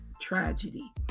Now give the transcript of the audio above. tragedy